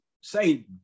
Satan